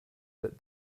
that